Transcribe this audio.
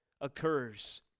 occurs